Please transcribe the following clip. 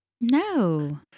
No